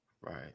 Right